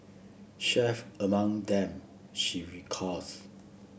chief among them she recalls